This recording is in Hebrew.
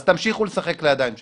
אז תמשיכו לשחק לידיים שלהם.